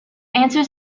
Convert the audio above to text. answers